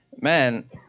man